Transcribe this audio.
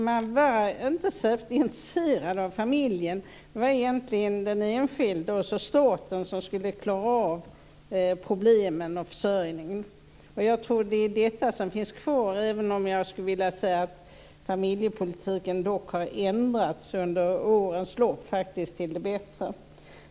Man var inte särskilt intresserad av familjen, utan det var egentligen den enskilde och staten som skulle klara av problemen och försörjningen. Jag tror att detta fortfarande finns kvar, även om jag skulle vilja säga att familjepolitiken under årens lopp har ändrats, och då faktiskt till det bättre.